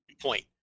point